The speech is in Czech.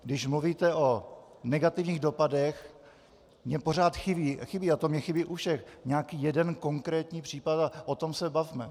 Když mluvíte o negativních dopadech, mně pořád chybí a to mi chybí u všech nějaký jeden konkrétní případ a o tom se bavme.